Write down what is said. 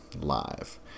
live